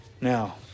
Now